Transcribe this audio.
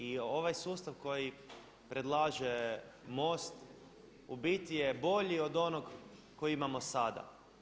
I ovaj sustav koji predlaže MOST u biti je bolji od onog koji imamo sada.